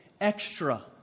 extra